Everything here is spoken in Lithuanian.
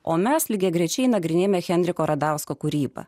o mes lygiagrečiai nagrinėjome henriko radausko kūrybą